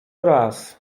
raz